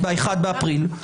ב-1 באפריל,